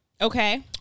Okay